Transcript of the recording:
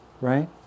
Right